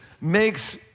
makes